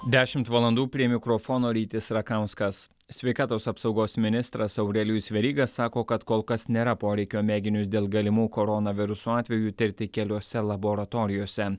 dešimt valandų prie mikrofono rytis rakauskas sveikatos apsaugos ministras aurelijus veryga sako kad kol kas nėra poreikio mėginius dėl galimų koronaviruso atvejų tirti keliose laboratorijose